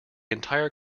entire